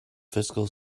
fiscal